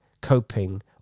coping